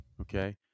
Okay